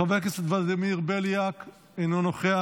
חבר הכנסת ולדימיר בליאק, אינו נוכח.